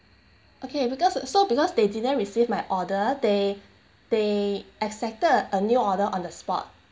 okay because so because they didn't receive my order they they accepted a new order on the spot